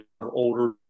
older